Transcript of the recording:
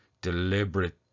deliberate